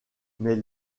mais